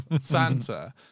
santa